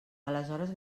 aleshores